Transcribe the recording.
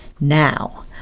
now